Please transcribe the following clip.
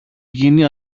γίνει